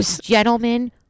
Gentlemen